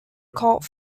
cult